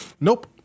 Nope